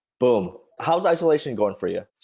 boom. how's isolation going for you?